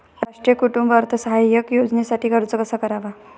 राष्ट्रीय कुटुंब अर्थसहाय्य योजनेसाठी अर्ज कसा करावा?